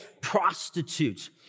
prostitute